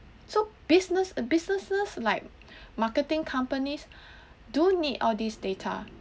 so business businesses like marketing companies do need all these data